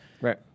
Right